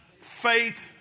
Faith